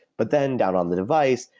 but then down on the device,